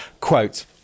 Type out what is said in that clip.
quote